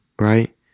right